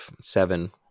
seven